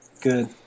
Good